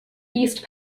east